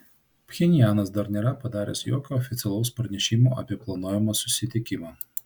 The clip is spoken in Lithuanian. pchenjanas dar nėra padaręs jokio oficialaus pranešimo apie planuojamą susitikimą